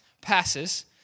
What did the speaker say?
passes